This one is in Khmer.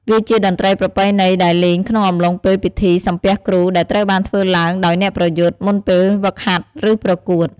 វាជាតន្ត្រីប្រពៃណីដែលលេងក្នុងអំឡុងពេលពិធី សំពះគ្រូ ដែលត្រូវបានធ្វើឡើងដោយអ្នកប្រយុទ្ធមុនពេលហ្វឹកហាត់ ឬប្រកួត។